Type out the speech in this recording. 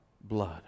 Blood